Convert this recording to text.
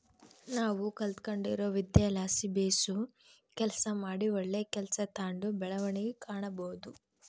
ನಾವು ಕಲಿತ್ಗಂಡಿರೊ ವಿದ್ಯೆಲಾಸಿ ಬೇಸು ಕೆಲಸ ಮಾಡಿ ಒಳ್ಳೆ ಕೆಲ್ಸ ತಾಂಡು ಬೆಳವಣಿಗೆ ಕಾಣಬೋದು